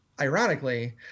ironically